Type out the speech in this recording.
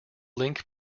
link